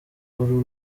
uru